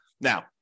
Now